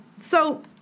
So-